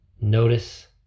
Notice